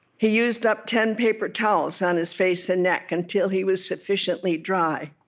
he used up ten paper towels on his face and neck, until he was sufficiently dry.